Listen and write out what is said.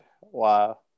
Wow